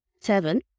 seven